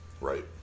right